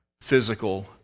physical